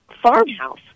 farmhouse